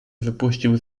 wypuścił